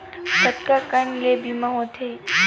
कतका कन ले बीमा होथे?